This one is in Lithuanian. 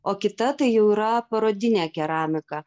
o kita tai jau yra parodinė keramika